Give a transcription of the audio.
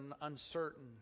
uncertain